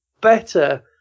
better